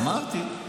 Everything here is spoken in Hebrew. אמרתי,